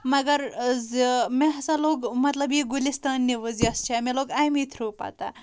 مَگر زِ مےٚ ہسا لوٚگ مطلب یہِ گُلِستان نِوٕز یۄس چھےٚ مےٚ لوگ اَمی تھروٗ پَتہ